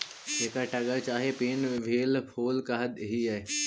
एकरा टगर चाहे पिन व्हील फूल कह हियई